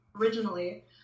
originally